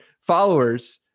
followers